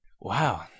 Wow